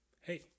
hey